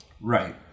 Right